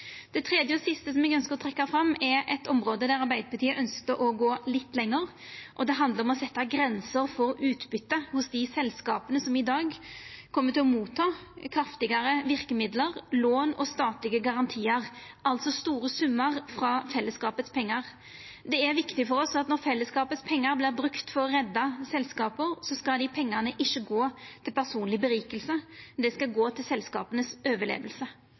Det tredje og siste som eg ønskjer å trekkja fram, er eit område der Arbeidarpartiet ønskte å gå litt lenger, og det handlar om å setja grenser for utbyte hos dei selskapa som i dag kjem til å ta imot kraftigare verkemiddel, lån og statlege garantiar, altså store summar av fellesskapet sine pengar. Det er viktig for oss at når pengane til fellesskapet vert brukte for å redda selskapa, skal dei pengane ikkje gå til personleg vinning, dei skal